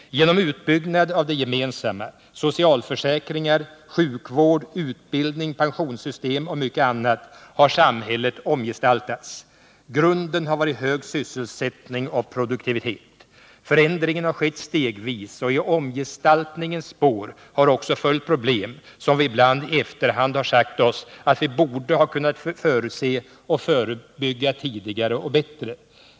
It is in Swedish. Genom uppbyggnad av det gemensamma — socialförsäkringar, sjukvård, utbildning, pensionssystem och mycket annat — har samhället omgestaltats. Grunden har varit hög sysselsättning och produktivitet. Förändringen har skett stegvis, och i omgestaltningens spår har också följt problem som vi ibland i efterhand har sagt oss att vi borde ha kunnat förutse och förebygga tidigare och bättre.